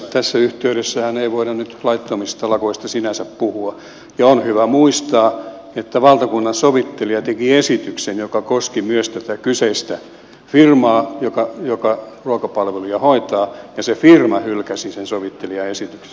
tässä yhteydessähän ei voida nyt laittomista lakoista sinänsä puhua ja on hyvä muistaa että valtakunnansovittelija teki esityksen joka koski myös tätä kyseistä firmaa joka ruokapalveluja hoitaa ja se firma hylkäsi sen sovittelijan esityksen